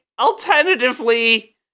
Alternatively